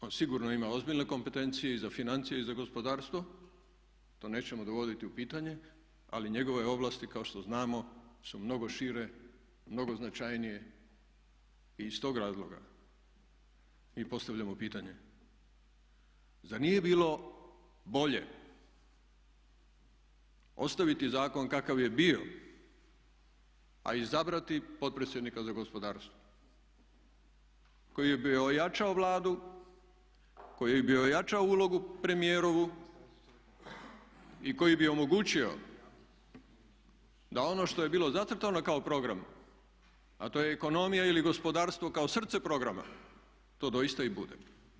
On sigurno ima ozbiljne kompetencije i za financije i za gospodarstvo to nećemo dovoditi u pitanje, ali njegovo ovlasti kao što znamo su mnogo šire, mnogo značajnije i iz tog razloga mi postavljamo pitanje zar nije bilo bolje ostaviti zakon kakav je bio a izabrati potpredsjednika za gospodarstvo koji bi ojačao Vladu, koji bi ojačao ulogu premijerovu i koji bi omogućio da ono što je bilo zacrtano kao program a to je ekonomija ili gospodarstvo kao srce programa to doista i bude?